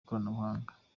ikoranabuhanga